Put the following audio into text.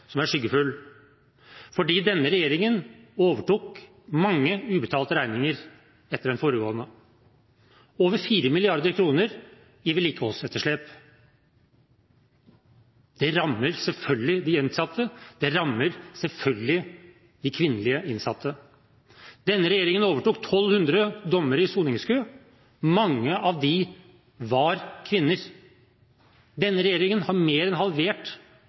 denne regjeringen overtok mange ubetalte regninger etter den foregående – over 4 mrd. kr i vedlikeholdsetterslep. Det rammer selvfølgelig de innsatte, og det rammer selvfølgelig de kvinnelige innsatte. Denne regjeringen overtok 1 200 dommer i soningskø, mange av dem var kvinner. Denne regjeringen har mer enn halvert